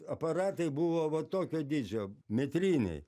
aparatai buvo va tokio dydžio metriniai